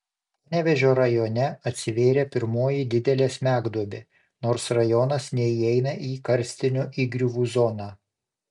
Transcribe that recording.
panevėžio rajone atsivėrė pirmoji didelė smegduobė nors rajonas neįeina į karstinių įgriuvų zoną